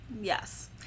Yes